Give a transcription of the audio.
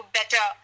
better